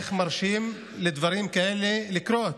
איך מרשים לדברים כאלה לקרות?